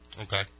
Okay